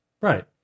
Right